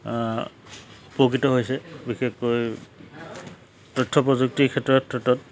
উপকৃত হৈছে বিশেষকৈ তথ্য প্ৰযুক্তিৰ ক্ষেত্ৰত ক্ষেত্ৰত